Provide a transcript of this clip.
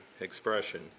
expression